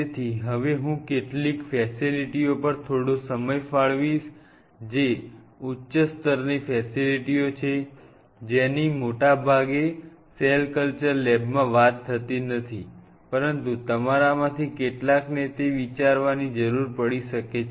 તેથી હવે હું કેટલીક ફેસિલિટીઓ પર થોડો સમય ફાળવીશ જે ઉચ્ચ સ્તરની ફેસિલિટીઓ છે જેની મોટાભાગે સેલ કલ્ચર લેબમાં વાત થતી નથી પરંતુ તમારામાંથી કેટલાકને તે રીતે વિચારવાની જરૂર પડી શકે છે